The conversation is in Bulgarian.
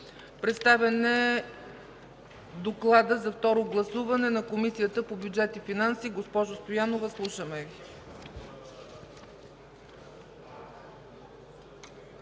Представен е докладът за второ гласуване на Комисията по бюджет и финанси. Госпожо Стоянова, слушаме Ви.